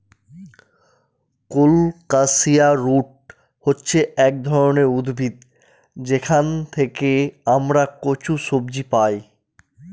colocasia root হচ্ছে এক ধরনের উদ্ভিদ যেখান থেকে আমরা কচু সবজি পাই